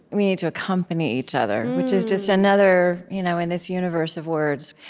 we need to accompany each other, which is just another, you know in this universe of words.